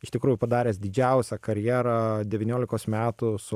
iš tikrųjų padaręs didžiausią karjerą devyniolikos metų su